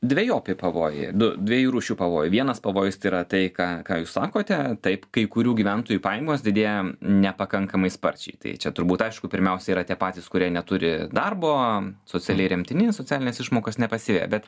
dvejopi pavojai du dviejų rūšių pavojai vienas pavojus tai yra tai ką ką jūs sakote taip kai kurių gyventojų pajamos didėja nepakankamai sparčiai tai čia turbūt aišku pirmiausia yra tie patys kurie neturi darbo socialiai remtini socialinės išmokos nepasiveja bet